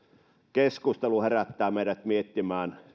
keskustelu herättää meidät